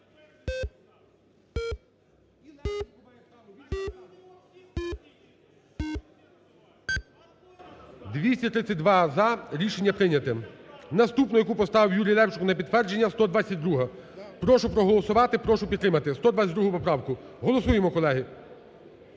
За-232 Рішення прийнято. Наступну, яку поставив Юрій Левченко на підтвердження, 122-а. Прошу проголосувати, прошу підтримати 112 поправку. Голосуємо, колеги.